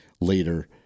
later